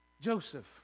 Joseph